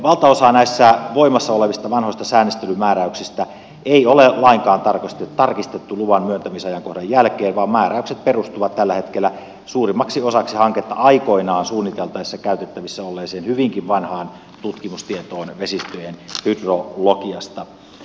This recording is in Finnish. valtaosaa näistä voimassa olevista vanhoista säännöstelymääräyksistä ei ole lainkaan tarkistettu luvan myöntämisajankohdan jälkeen vaan määräykset perustuvat tällä hetkellä suurimmaksi osaksi hanketta aikoinaan suunniteltaessa käytettävissä olleeseen hyvinkin vanhaan tutkimustietoon vesistöjen hydrologiasta